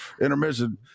intermission